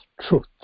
truth